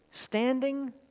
standing